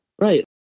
Right